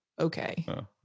Okay